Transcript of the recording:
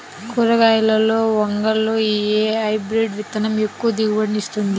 కూరగాయలలో వంగలో ఏ హైబ్రిడ్ విత్తనం ఎక్కువ దిగుబడిని ఇస్తుంది?